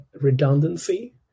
redundancy